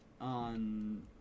on